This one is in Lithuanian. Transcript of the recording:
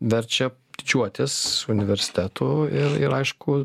verčia didžiuotis universitetu ir ir aišku